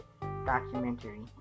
Documentary